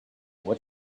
what